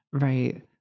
Right